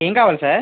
ఏం కావాలి సార్